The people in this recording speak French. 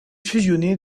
fusionnée